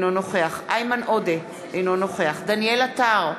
אינו נוכח איימן עודה, אינו נוכח דניאל עטר,